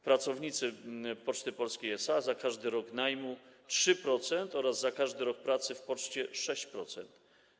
Pracownicy Poczty Polskiej SA za każdy rok najmu - 3% oraz za każdy rok pracy w Poczcie - 6%.